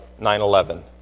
911